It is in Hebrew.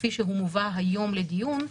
כפי שהוא מובא היום לדיון,